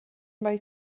mai